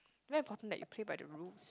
very important that you play by the rules